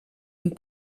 und